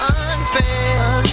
unfair